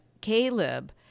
Caleb